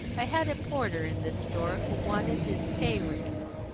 i had a porter in this store who wanted his pay raised.